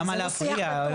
למה להפריע?